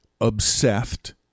obsessed